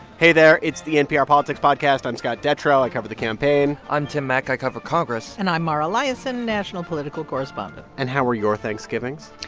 hey there. it's the npr politics podcast. i'm scott detrow. i cover the campaign i'm tim mak. i cover congress and i'm mara liasson, national political correspondent and how were your thanksgivings?